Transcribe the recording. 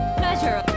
pleasure